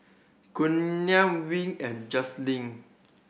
Giuliana Wing and Janice